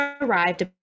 arrived